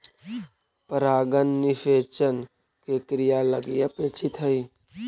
परागण निषेचन के क्रिया लगी अपेक्षित हइ